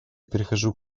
перехожу